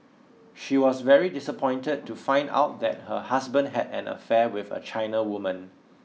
she was very disappointed to find out that her husband had an affair with a China woman